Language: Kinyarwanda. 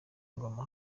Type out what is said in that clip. ingoma